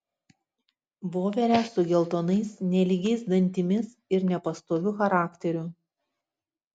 voverę su geltonais nelygiais dantimis ir nepastoviu charakteriu